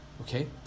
okay